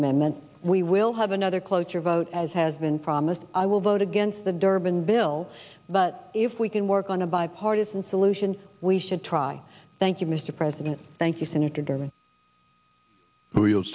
amendment we will have another cloture vote as has been promised i will vote against the durbin bill but if we can work on a bipartisan solution we should try thank you mr president thank you senator